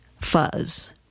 fuzz